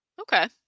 Okay